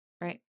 Right